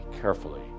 carefully